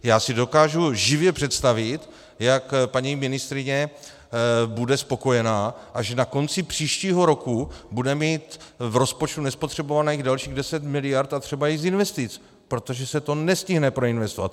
Já si dokážu živě představit, jak paní ministryně bude spokojená, až na konci příštího roku bude mít v rozpočtu nespotřebovaných dalších 10 mld., a třeba i z investic, protože se to nestihne proinvestovat.